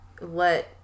let